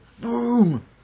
boom